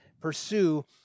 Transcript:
pursue